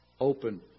Open